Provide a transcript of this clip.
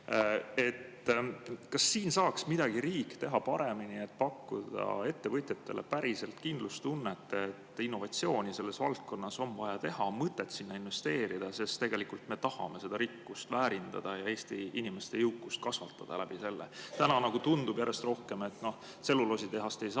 Kas siin saaks riik teha midagi paremini, et pakkuda ettevõtjatele päriselt kindlustunnet, et innovatsiooni selles valdkonnas on vaja teha, on mõtet sinna investeerida, sest tegelikult me tahame seda rikkust väärindada ja Eesti inimeste jõukust kasvatada läbi selle? Täna nagu tundub järjest rohkem, et noh, tselluloositehast ei saa,